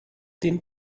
den